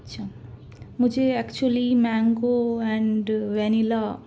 اچھا مجھے actually mango and vanilla